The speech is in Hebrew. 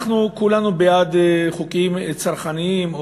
כולנו בעד חוקים צרכניים,